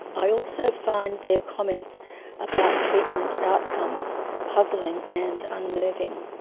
i also find their comments about treatment outcomes puzzling and unnerving.